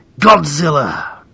Godzilla